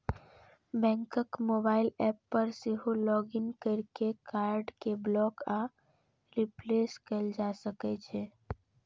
बैंकक mobile app पर सेहो लॉग इन कैर के कार्ड कें ब्लॉक आ रिप्लेस कैल जा सकै छै